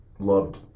Loved